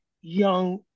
young